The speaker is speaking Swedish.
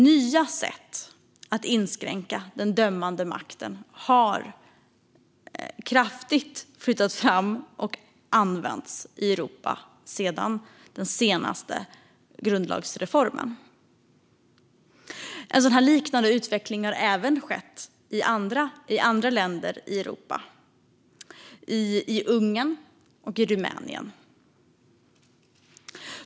Nya sätt att inskränka den dömande makten har kraftigt ökat och använts i Europa sedan den senaste grundlagsreformen. En liknande utveckling har även skett i andra länder i Europa, i Ungern och Rumänien.